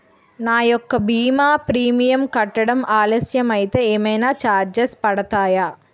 నా యెక్క భీమా ప్రీమియం కట్టడం ఆలస్యం అయితే ఏమైనా చార్జెస్ పడతాయా?